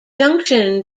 junction